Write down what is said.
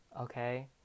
okay